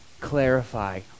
clarify